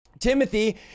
Timothy